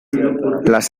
las